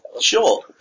Sure